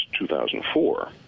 2004